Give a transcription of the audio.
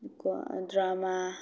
drama